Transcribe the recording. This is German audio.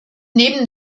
neben